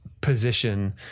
position